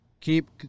keep